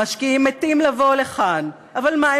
המשקיעים מתים לבוא לכאן, אבל מה?